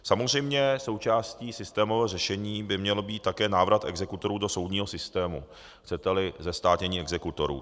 Samozřejmě součástí systémového řešení by měl být také návrat exekutorů do soudního systému, chceteli zestátnění exekutorů.